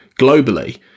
globally